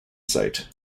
site